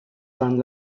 saint